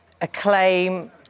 acclaim